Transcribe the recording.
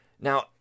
Now